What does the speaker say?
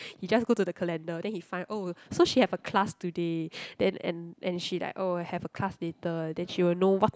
he just go to the calendar then he find oh so she have a class today then and and she like oh have a class later then she will know what